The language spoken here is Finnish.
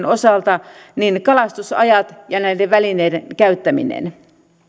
osalta kalastusajat ja näiden välineiden käyttäminen